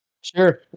sure